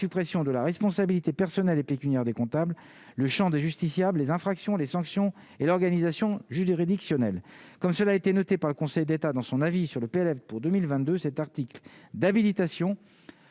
de la responsabilité personnelle et pécuniaire des comptables, le Champ des justiciables les infractions, les sanctions et l'organisation juridictionnelle comme cela été noté par le Conseil d'État dans son avis sur le PLF pour 2022 cet article d'habilitation